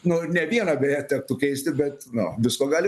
nu ne vieną beje tektų keisti bet nu visko gali